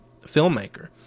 filmmaker